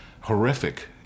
horrific